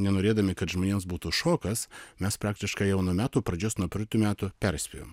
nenorėdami kad žmonėms būtų šokas mes praktiškai jau nuo metų pradžios nuo praeitų metų perspėjom